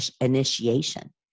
initiation